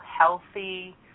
healthy